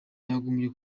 yagombye